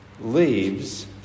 leaves